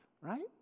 right